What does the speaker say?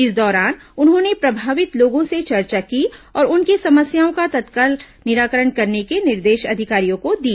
इस दौरान उन्होंने प्रभावित लोगों से चर्चा की और उनकी समस्याओं का तत्काल निराकरण करने के निर्देश अधिकारियों को दिए